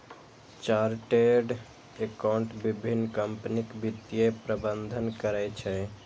chartered accountant विभिन्न कंपनीक वित्तीय प्रबंधन करै छै